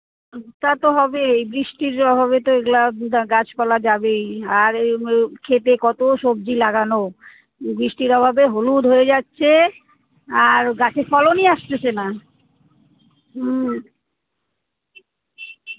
তা তো হবেই বৃষ্টি যা হবে তাই গ্লাব গা গাছপালা যাবেই আর এই এই খেতে কত সব্জি লাগানো বৃষ্টির অভাবে হলুদ হয়ে যাচ্ছে আর গাছের ফলনই আসতেছে না হুম